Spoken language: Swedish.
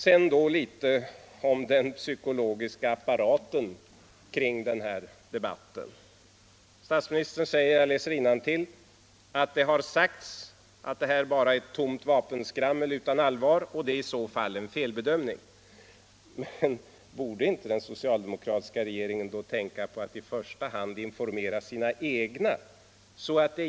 Så något om den psykologiska apparaten kring den här debatten. Statsministern säger — jag läser innantill: ”Det har sagts att det här bara är ett tomt vapenskrammel utan allvar, och det är i så fall en felbedömning.” Borde inte den socialdemokratiska regeringen då tänka på att i första hand informera sina egna?